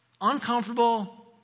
uncomfortable